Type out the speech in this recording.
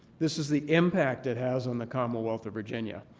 this is the impact it has on the commonwealth of virginia.